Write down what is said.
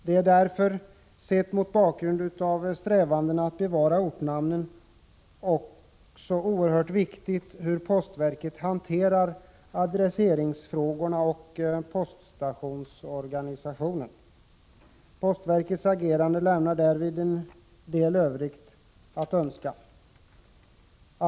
Det är därför sett mot bakgrund av strävandena att bevara ortnamnen också oerhört viktigt hur postverket hanterar adresseringsfrågorna och poststationsorganisationen. Postverkets agerande lämnar därvid en del övrigt att önska.